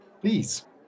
Please